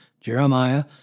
Jeremiah